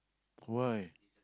why